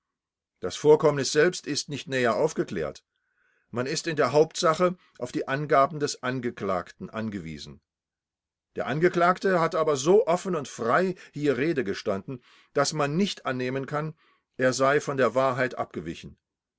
das vorkommnis selbst ist nicht näher aufgeklärt man ist in der hauptsache auf die angaben des angeklagten angewiesen der angeklagte hat aber so offen und frei hier rede gestanden daß man nicht annehmen kann er sei von der wahrheit abgewichen